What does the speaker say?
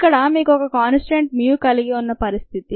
ఇక్కడ మీకు ఒక కాన్స్టంట్ mu కలిగి ఉన్న పరిస్థితి